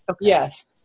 Yes